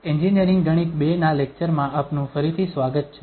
engineering ગણિત II ના lecture માં આપનું ફરીથી સ્વાગત છે